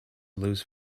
lose